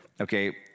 okay